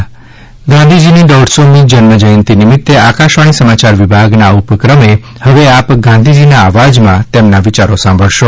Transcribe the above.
ગાંધીજી ગાંધીજીની દોઢસોમી જન્મ જયંતિ નિમિત્તે અકાશવાણી સમાચાર વિભાગના ઉપક્રમે હવે આપ ગાંધીજીના અવાજમાં તેમના વિયારો સાંભળશો